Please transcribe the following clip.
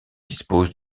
dispose